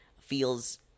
feels